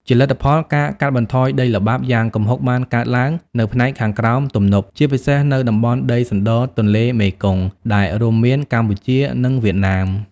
ជាលទ្ធផល ការកាត់បន្ថយដីល្បាប់ យ៉ាងគំហុកបានកើតឡើងនៅផ្នែកខាងក្រោមទំនប់ ជាពិសេសនៅតំបន់ដីសណ្ដរទន្លេមេគង្គដែលរួមមានកម្ពុជា និងវៀតណាម។